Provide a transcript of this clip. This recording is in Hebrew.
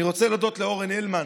אני רוצה להודות לאורן הלמן,